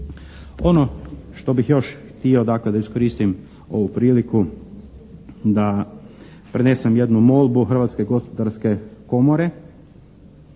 Ono što bih još htio dakle da iskoristim ovu priliku da prenesem jednu molbu Hrvatske gospodarske komore.